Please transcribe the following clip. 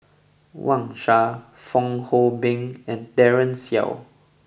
Wang Sha Fong Hoe Beng and Daren Shiau